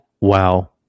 Wow